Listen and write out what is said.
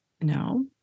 No